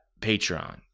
Patreon